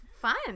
fun